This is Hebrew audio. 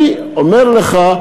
אני אומר לך,